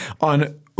on